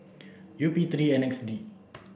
U P three N X D